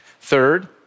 Third